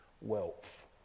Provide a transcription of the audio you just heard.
wealth